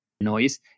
Noise